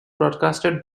broadcaster